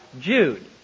Jude